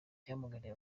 yahamagariye